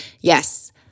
Yes